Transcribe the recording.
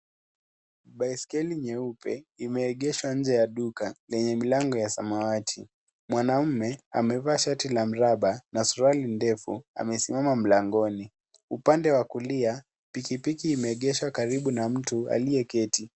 Baiskeli nyeupe imeegeshwa nje ya duka lenye milango ya samawati. Mwanamme amevaa shati la mraba na suruali ndefu amesimama mlangoni. Upande wa kulia pikipiki imeegeshwa karibu na mtu aliyeketi.